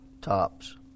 tops